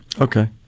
Okay